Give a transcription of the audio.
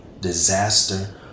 disaster